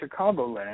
Chicagoland